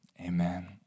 Amen